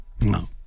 No